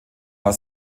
war